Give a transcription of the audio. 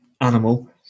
animal